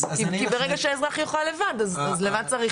כי ברגע שהאזרח יוכל לבד אז למה צריך